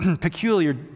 peculiar